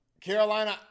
Carolina